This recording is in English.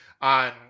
on